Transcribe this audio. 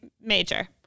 major